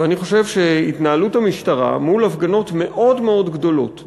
ואני חושב שהתנהלות המשטרה מול הפגנות מאוד מאוד גדולות,